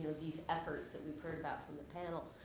these efforts that we've heard about from the panel.